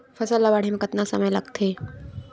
फसल ला बाढ़े मा कतना समय लगथे?